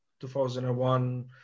2001